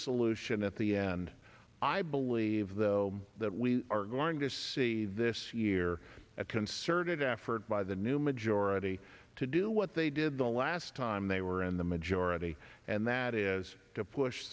solution at the end i believe though that we are going to see this year a concerted effort by the new majority to do what they did the last time they were in the majority and that is to push